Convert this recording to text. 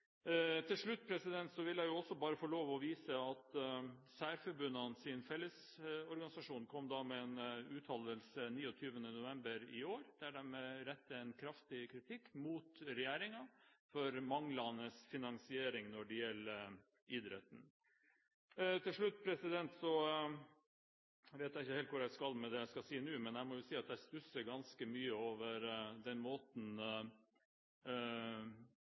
Jeg vil også få vise til at Særforbundenes Fellesorganisasjon kom med en uttalelse den 29. november i år, der de retter en kraftig kritikk mot regjeringen for manglende finansiering når det gjelder idretten. Til slutt: Jeg vet ikke helt hvor jeg skal med det jeg skal si nå, men jeg må si at jeg stusser ganske mye over den måten